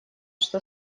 что